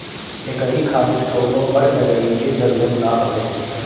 एकरी खातिर कवनो बड़ जगही के जरुरत ना हवे